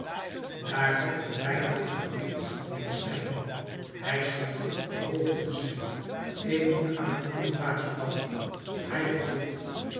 daar had ik me bijna vergaloppeerd denkt strijkman hij schijnt goed op de hoogte te zijn ik moet uit een ander vaatje tappen hij vervolgt